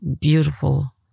beautiful